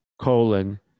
colon